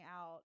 out